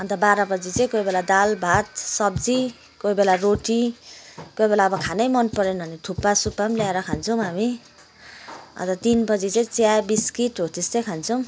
अन्त बाह्र बजी चाहिँ कोही बेला दाल भात सब्जी कोही बेला रोटी कोही बेला अब खानै मन परेन भने थुक्पा सुक्पा पनि ल्याएर खान्छौँ हामी अनि तिनबजी चाहिँ चिया बिस्किट हो त्यस्तै खान्छौँ